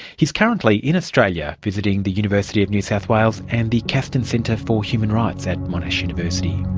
he's currently in australia visiting the university of new south wales and the castan centre for human rights at monash university